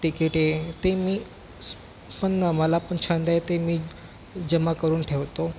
तिकिटे ते मी स् पण मलापण छंद आहे ते मी जमा करून ठेवतो